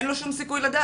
אין לו שום סיכוי לדעת.